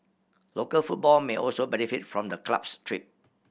local football may also benefit from the club's trip